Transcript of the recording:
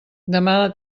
demà